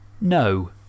No